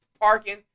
parking